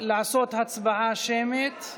לעשות הצבעה שמית.